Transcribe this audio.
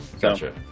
Gotcha